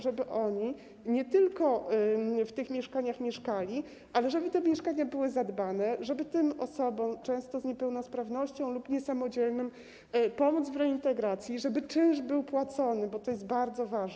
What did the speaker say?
Żeby oni nie tylko w tych mieszkaniach mieszkali, ale żeby mieszkania były zadbane, żeby tym osobom, często z niepełnosprawnością lub niesamodzielnym, pomóc w reintegracji, żeby czynsz był płacony, bo to jest bardzo ważne.